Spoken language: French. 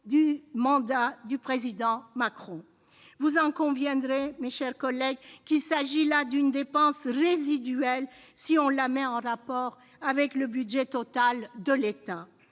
du mandat du président Macron. Vous conviendrez, mes chers collègues, qu'il s'agit là d'une dépense résiduelle au regard du budget total de l'État.